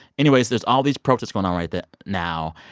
anyways, there's all these protests going on right that now,